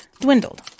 dwindled